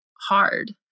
hard